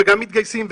גם מתגייסים,